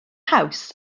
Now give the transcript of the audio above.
haws